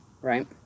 right